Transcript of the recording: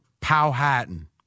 Powhatan